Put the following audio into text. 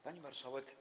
Pani Marszałek!